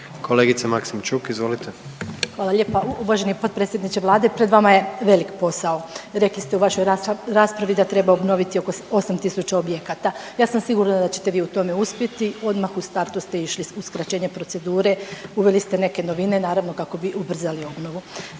**Maksimčuk, Ljubica (HDZ)** Hvala lijepa. Uvaženi potpredsjedniče Vlade pred vama je velik posao. Rekli ste u vašoj raspravi da treba obnoviti oko 8 tisuća objekata. Ja sam sigurna da ćete vi u tome uspjeti. Odmah u startu ste išli u skraćenje procedure, uveli ste neke novine naravno kako bi ubrzali obnovu.